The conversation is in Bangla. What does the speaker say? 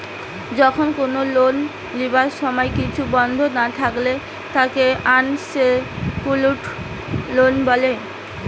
যখন কোনো লোন লিবার সময় কিছু বন্ধক না থাকলে তাকে আনসেক্যুরড লোন বলে